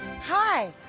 Hi